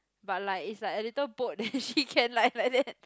but like is like a little boat that she can like like that